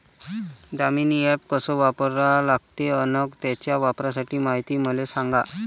Damini app कस वापरा लागते? अन त्याच्या वापराची मायती मले सांगा